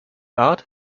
art